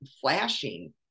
flashing